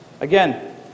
Again